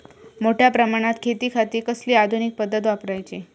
मोठ्या प्रमानात शेतिखाती कसली आधूनिक पद्धत वापराची?